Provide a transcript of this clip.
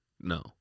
No